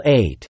eight